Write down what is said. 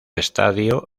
estadio